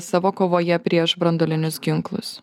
savo kovoje prieš branduolinius ginklus